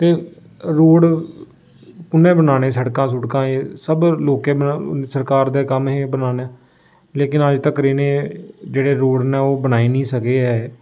ते रोड़ कु'न्नै बनाने सड़कां सुड़कां एह् सब लोकें बना सरकार दे कम्म हे एह् बनाने लेकिन अज्ज तकर इ'नें जेह्ड़े रोड़ न ओह् बनाई निं सके है एह्